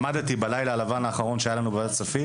למדתי בלילה הלבן האחרון שהיה לנו בוועדת כספים